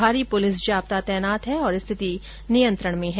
भारी पुलिस जाप्ता तैनात है और स्थिति नियंत्रण में है